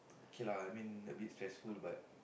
okay lah I mean a bit stressful but